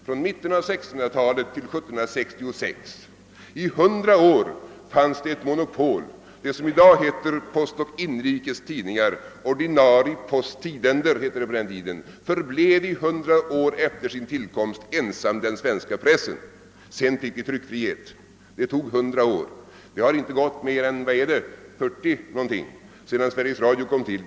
Från mitten av 1600-talet till 1766 fanns det monopol. Det som i dag heter Postoch Inrikes Tidningar — Ordinari Post Tijdender hette det på den tiden — förblev i 100 år efter sin tillkomst ensamt den svenska pressen. Sedan fick vi tryckfrihet. Det tog alltså 100 år. Det har inte gått mer än ungefär 40 år sedan Sveriges Radio kom till.